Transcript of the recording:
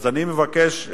אני מבקש,